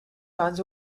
guns